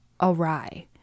awry